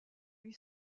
lui